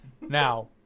Now